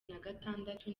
nagatandatu